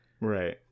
Right